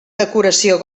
decoració